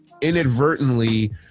inadvertently